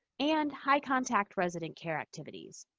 and high-contact resident care activities.